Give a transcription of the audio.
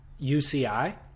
UCI